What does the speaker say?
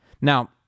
Now